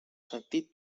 sentit